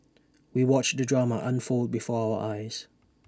we watched the drama unfold before our eyes